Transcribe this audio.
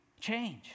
change